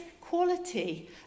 quality